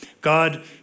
God